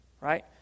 right